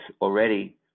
already